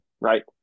right